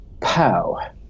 Pow